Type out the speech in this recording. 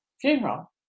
funeral